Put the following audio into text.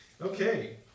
okay